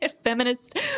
Feminist